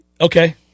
okay